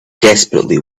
desperately